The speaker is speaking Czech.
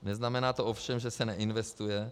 Neznamená to ovšem, že se neinvestuje.